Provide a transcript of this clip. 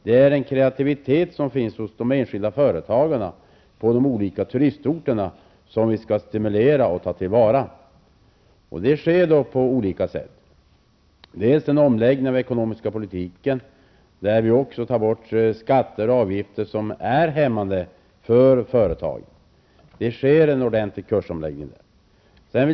Det är kreativiteten hos de enskilda företagarna på de olika turistorterna som skall stimuleras och tas till vara. Det sker på olika sätt. Det kan ske med en omläggning av den ekonomiska politiken, där skatter och avgifter som är hämmande för företagen tas bort. Det sker en ordentlig kursomläggning där.